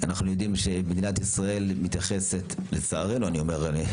אנחנו יודעים שמדינת ישראל מתייחסת לזה אני אומר: לצערנו,